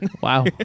Wow